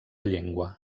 llengua